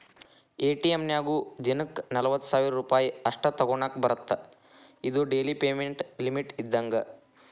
ATM ನ್ಯಾಗು ದಿನಕ್ಕ ನಲವತ್ತ ಸಾವಿರ್ ರೂಪಾಯಿ ಅಷ್ಟ ತೋಕೋನಾಕಾ ಬರತ್ತಾ ಇದು ಡೆಲಿ ಪೇಮೆಂಟ್ ಲಿಮಿಟ್ ಇದ್ದಂಗ